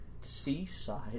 Seaside